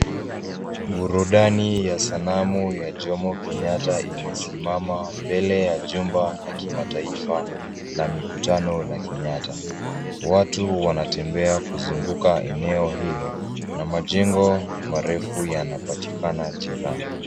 Burudani ya sanamu ya Jomo Kenyatta imesimama mbele ya jumba la kimataifa la mikutano la Kenyatta. Watu wanatembea kuzunguka eneo hilo na majengo marefu yanapatikana jirani.